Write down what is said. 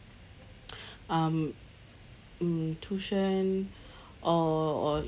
um mm tuition or or